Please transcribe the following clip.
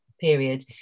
period